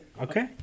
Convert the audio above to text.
Okay